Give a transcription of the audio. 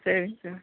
சரிங்க சார்